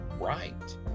Right